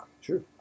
Sure